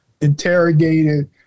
interrogated